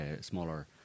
smaller